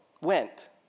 went